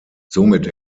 somit